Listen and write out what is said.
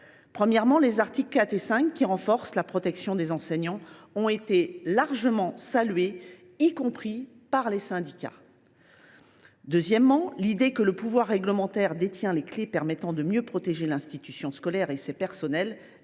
premièrement, les articles 4 et 5, qui renforcent la protection des enseignants et qui ont été largement salués, y compris par les syndicats ; deuxièmement, l’idée que le pouvoir réglementaire détient les clés permettant de mieux protéger l’institution scolaire et ses personnels.